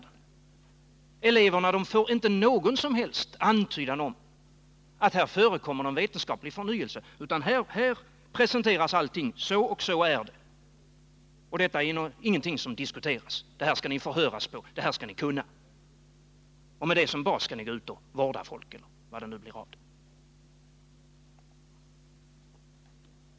Eleverna får inte någon som helst antydan om att här förekommer en vetenskaplig förnyelse. Här presenteras allt — så och så är det, detta är ingenting som diskuteras, detta skall ni förhöras på, detta skall ni kunna. Och med det som bas skall ni gå ut och vårda människor.